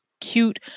cute